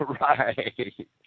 right